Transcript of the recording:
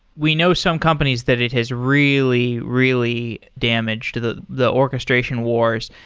we know some companies that it has really, really damaged the the orchestration wars,